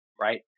right